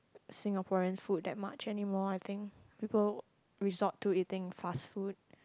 Singaporean food that much anymore I think people resort to eating fast food